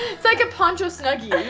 it's like a poncho snuggie.